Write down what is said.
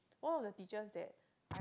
one of the teachers that I